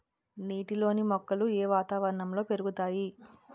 నీటిలోని మొక్కలు ఏ వాతావరణంలో పెరుగుతాయి?